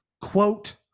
quote